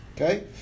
okay